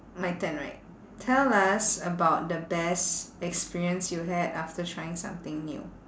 my turn right tell us about the best experience you had after trying something new